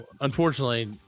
unfortunately